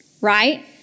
Right